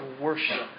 worship